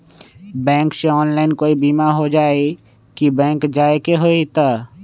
Bank से online कोई बिमा हो जाई कि बैंक जाए के होई त?